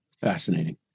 Fascinating